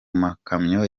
makamyo